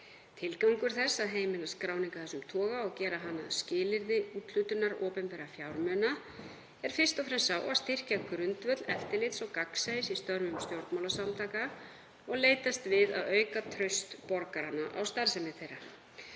Tilgangur þess að heimila skráningu af þessum toga og gera hana að skilyrði úthlutunar opinberra fjármuna er fyrst og fremst sá að styrkja grundvöll eftirlits og gagnsæis í störfum stjórnmálasamtaka og leitast við að auka traust borgaranna á starfsemi þeirra.